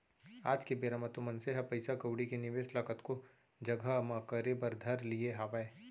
आज के बेरा म तो मनसे ह पइसा कउड़ी के निवेस ल कतको जघा म करे बर धर लिये हावय